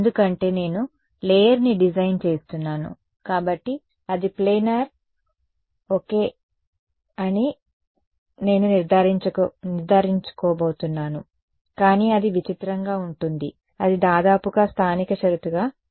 ఎందుకంటే నేను లేయర్ని డిజైన్ చేస్తున్నాను కాబట్టి అది ప్లానర్ ఓకే అని నేను నిర్ధారించుకోబోతున్నాను కానీ అది విచిత్రంగా ఉంటుంది అది దాదాపుగా స్థానిక షరతుగా కూడా ఉంటుంది